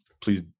please